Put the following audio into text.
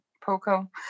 poco